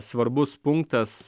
svarbus punktas